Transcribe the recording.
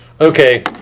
Okay